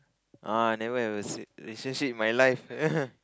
ah I never ever had a sw~ relationship in my life